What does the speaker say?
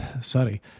Sorry